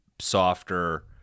softer